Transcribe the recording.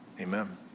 amen